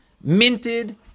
minted